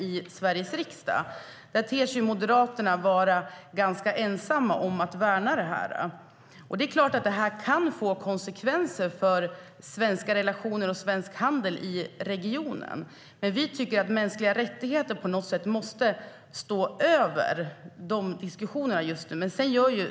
Moderaterna verkar vara ganska ensamma om att värna det. Det är klart att det här kan få konsekvenser för svenska relationer och svensk handel i regionen. Men vi tycker att mänskliga rättigheter på något sätt måste stå över de diskussionerna just nu.